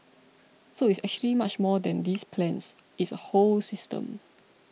so it's actually much more than these plans it's a whole system